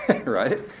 right